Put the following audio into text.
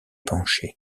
penché